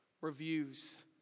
reviews